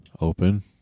Open